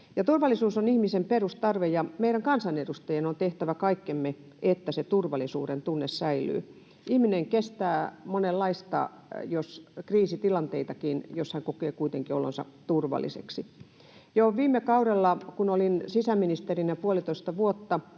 Turvallisuus on ihmisen perustarve, ja meidän kansanedustajien on tehtävä kaikkemme, että turvallisuudentunne säilyy. Ihminen kestää monenlaista, kriisitilanteitakin, jos hän kokee kuitenkin olonsa turvalliseksi. Jo viime kaudella, kun olin sisäministerinä puolitoista vuotta,